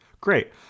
Great